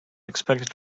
expected